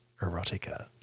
erotica